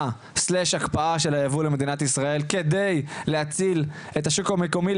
או הקפאה של הייבוא למדינת ישראל כדי להציל את השוק המקומי,